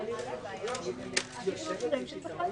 שהוזכרו כאן